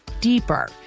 deeper